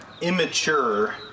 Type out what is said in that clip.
immature